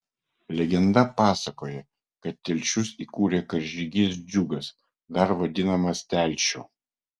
legenda pasakoja kad telšius įkūrė karžygys džiugas dar vadinamas telšiu